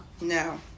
No